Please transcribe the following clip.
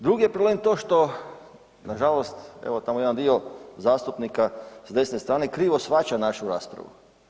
Drugi je problem to što na žalost evo tamo jedan dio zastupnika s desne strane krivo shvaća našu raspravu.